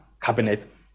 cabinet